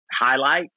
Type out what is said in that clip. highlight